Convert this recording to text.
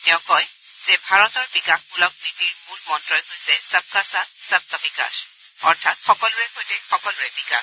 তেওঁ কয় যে ভাৰতৰ বিকাশমূলক নীতিৰ মূল মন্ত্ৰই হৈছে ছব কা সাথ ছব কা বিকাশ অৰ্থাৎ সকলোৰে সৈতে সকলোৰে বিকাশ